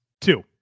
Two